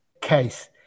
case